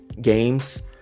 games